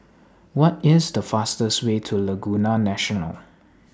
What IS The fastest Way to Laguna National